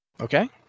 okay